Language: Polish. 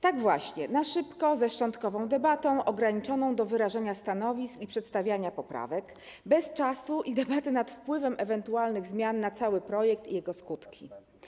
Tak właśnie: na szybko, ze szczątkową debatą, ograniczoną do wyrażenia stanowisk i przedstawienia poprawek, bez czasu i bez debaty nad wpływem ewentualnych zmian na cały projekt i jego skutki.